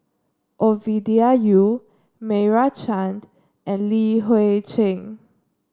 Ovidia Yu Meira Chand and Li Hui Cheng